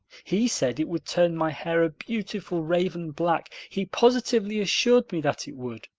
he said it would turn my hair a beautiful raven black he positively assured me that it would.